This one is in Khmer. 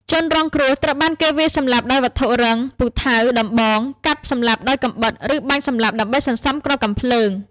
ជនរងគ្រោះត្រូវបានគេវាយសម្លាប់ដោយវត្ថុរឹង (ពូថៅ ដំបង) កាប់ សម្លាប់ដោយកាំបិត ឬបាញ់សម្លាប់ ដើម្បីសន្សំគ្រាប់កាំភ្លើង។